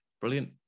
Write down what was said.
Brilliant